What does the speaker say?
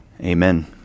Amen